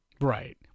Right